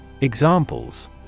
Examples